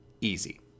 easy